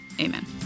Amen